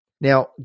Now